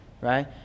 right